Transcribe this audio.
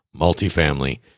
multifamily